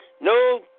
No